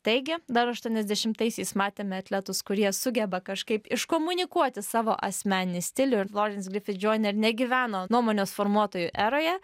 taigi dar aštuoniasdešimtaisiais matėme atletus kurie sugeba kažkaip iškomunikuoti savo asmeninį stilių ir florence griffith joyner negyveno nuomonės formuotojų eroje